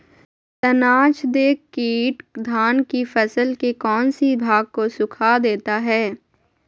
तनाछदेक किट धान की फसल के कौन सी भाग को सुखा देता है?